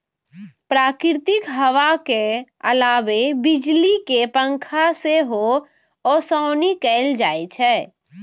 प्राकृतिक हवा के अलावे बिजली के पंखा से सेहो ओसौनी कैल जाइ छै